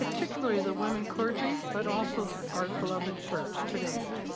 particularly the women clergy, but also our beloved church today.